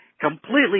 completely